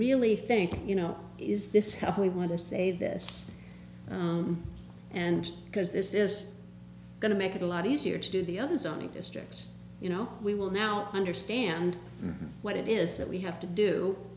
really thinking you know is this how we want to say this and because this is going to make it a lot easier to do the others on the district you know we will now understand what it is that we have to do